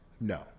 No